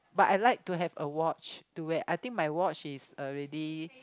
but I like to have a watch to wear I think my watch is already